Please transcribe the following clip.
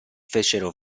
fecero